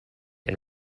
and